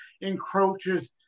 encroaches